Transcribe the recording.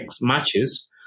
matches